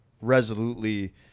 resolutely